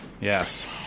Yes